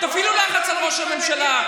תפעילו לחץ על ראש הממשלה,